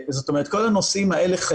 כל הנושאים האלה,